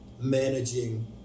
managing